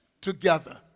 together